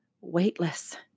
weightless